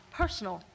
personal